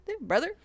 Brother